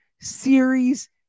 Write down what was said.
series